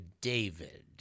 David